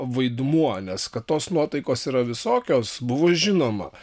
vaidmuo nes kad tos nuotaikos yra visokios buvo žinoma